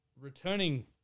returning